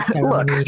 Look